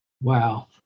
Wow